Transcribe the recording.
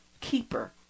keeper